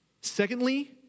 Secondly